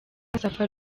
safa